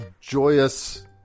joyous